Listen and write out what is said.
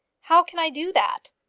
how can i do that?